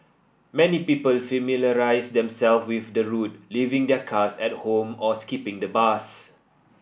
many people familiarised themselves with the route leaving their cars at home or skipping the bus